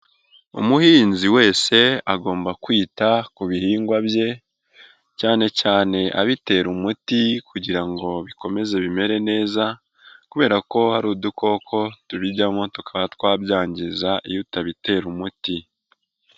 Umuhinzi wese agomba kwita ku bihingwa bye cyane cyane abitera umuti kugira ngo bikomeze bimere neza kubera ko hari udukoko tubijyamo tukaba twabyangiza iyo utabitera umuti.